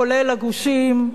כולל הגושים,